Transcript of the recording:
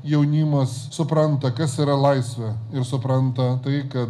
jaunimas supranta kas yra laisvė ir supranta tai kad